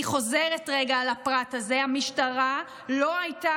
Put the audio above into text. אני חוזרת לרגע על הפרט הזה: המשטרה לא הייתה